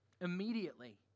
Immediately